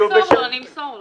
אני אמסור לו.